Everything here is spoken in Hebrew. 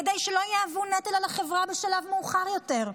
כדי שלא יהוו נטל על החברה בשלב מאוחר יותר.